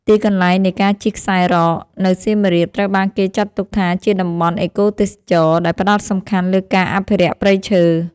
ទីកន្លែងនៃការជិះខ្សែរ៉កនៅសៀមរាបត្រូវបានគេចាត់ទុកថាជាតំបន់ អេកូទេសចរណ៍ ដែលផ្ដោតសំខាន់លើការអភិរក្សព្រៃឈើ។